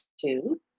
two